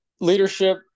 leadership